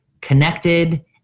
connected